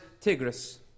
Tigris